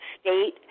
State